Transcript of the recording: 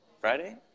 Friday